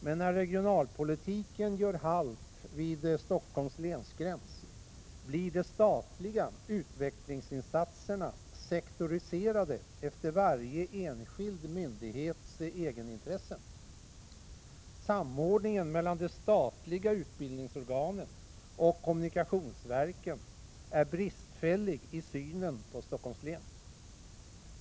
Men när regionalpolitiken gör halt vid Stockholms läns gräns, blir de statliga utvecklingsinsatserna sektoriserade efter varje enskild myndighets egenintressen. Samordningen mellan de statliga utbildningsorganen och kommunikationsverken är bristfällig i synen på Stockholms län.